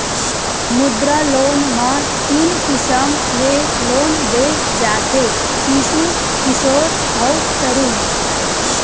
मुद्रा लोन म तीन किसम ले लोन दे जाथे सिसु, किसोर अउ तरून